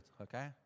okay